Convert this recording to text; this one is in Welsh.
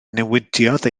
newidiodd